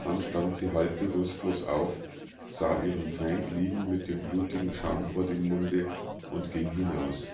dann stand sie halb bewußtlos auf sah ihren feind liegen mit dem blutigen schaum vor dem munde und ging hinaus